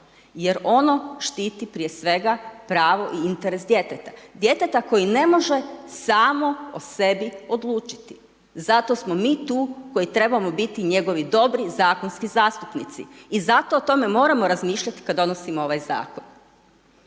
jer ono štiti prije svega pravo i interes djeteta, djeteta koje ne može samo o sebi odlučiti. Zato smo mi tu koji trebamo biti njegovi dobri zakonski zastupnici i zato o tome moramo razmišljati kada donosimo ovaj Zakon.